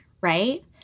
right